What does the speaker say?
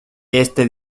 este